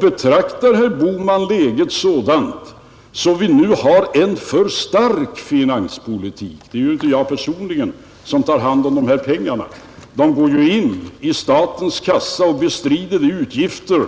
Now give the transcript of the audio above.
Betraktar herr Bohman läget så att vi har en för stark finanspolitik? Det är ju inte jag personligen som tar hand om pengarna. De går in i statskassan och bestrider de utgifter